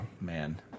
Man